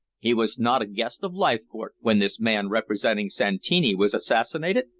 he was not a guest of leithcourt when this man representing santini was assassinated?